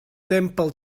simple